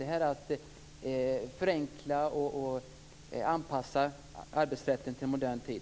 Det är att förenkla och anpassa arbetsrätten till en modern tid.